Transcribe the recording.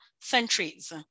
centuries